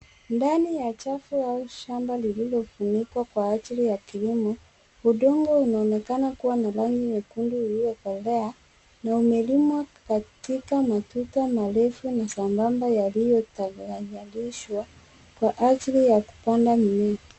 Ndani ya chafu au shamba lililofunikwa kwa ajili ya kilimo. Udongo unaonekana kuwa na rangi nyekundu iliyokolea na umelimwa katika matuta marefu na sambamba yaliyo taganyarishwa kwa ajili ya kupanda mimea.